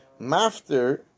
Mafter